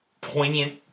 poignant